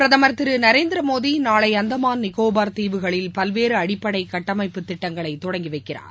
பிரதமர் திரு நரேந்திர மோடி நாளை அந்தமான் நிக்கோபாள் தீவுகளில் பல்வேறு அடிப்படை கட்டமைப்பு திட்டங்களை தொடங்கி வைக்கிறார்